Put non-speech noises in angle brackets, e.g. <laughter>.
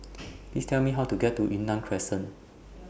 <noise> Please Tell Me How to get to Yunnan Crescent